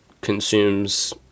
consumes